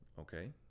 Okay